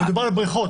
מדובר על בריכות,